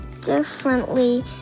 differently